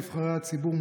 נבחרי הציבור,